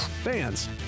Fans